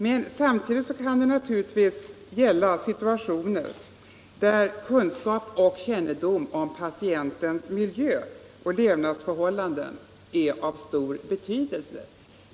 Men samtidigt kan det naturligtvis förekomma situationer där kunskap och kännedom om patientens miljö och levnadsförhållanden har stor betydelse.